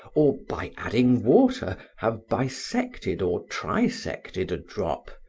or, by adding water, have bisected or trisected a drop?